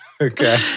Okay